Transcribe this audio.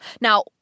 Now